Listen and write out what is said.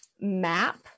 map